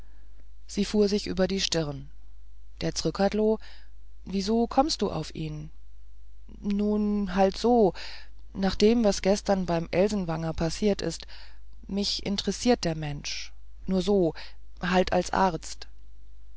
sie fuhr sich über die stirn der zrcadlo wieso kommst du auf ihn nun halt so nach dem was gestern beim elsenwanger passiert ist mich interessiert der mensch nur so halt als arzt